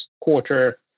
quarter